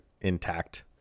intact